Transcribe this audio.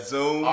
Zoom